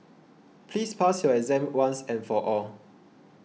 please pass your exam once and for all